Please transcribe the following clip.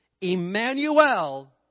Emmanuel